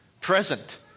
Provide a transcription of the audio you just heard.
present